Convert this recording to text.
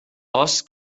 oes